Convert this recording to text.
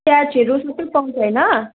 प्याजहरू सबै पाउँछ होइन